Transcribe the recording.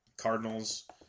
Cardinals